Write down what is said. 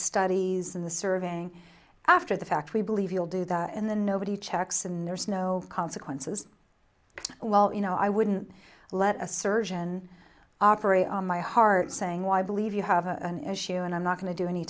studies in the serving after the fact we believe you'll do that and then nobody checks in there's no consequences well you know i wouldn't let a surgeon operate on my heart saying why i believe you have an issue and i'm not going to do any